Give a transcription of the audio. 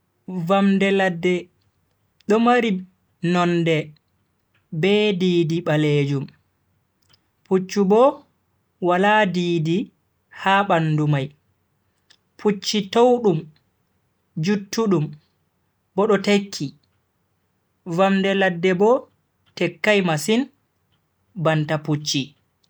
Vamde ladde do mari nomde be di-di balejum, pucchu bo wala di-di ha bandu mai. pucchi towdum, juttudum Bo do tekki, vamde ladde bo tekkai masin banta pucchi